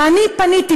אני פניתי,